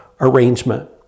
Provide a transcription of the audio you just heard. arrangement